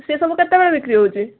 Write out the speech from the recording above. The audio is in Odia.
ସେସବୁ କେତେବେଳେ ବିକ୍ରି ହଉଛି